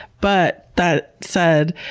but, that said,